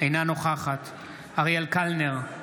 אינה נוכחת אריאל קלנר,